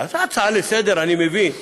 הצעה לסדר-היום אני מבין.